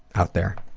out there,